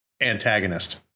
antagonist